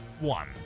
one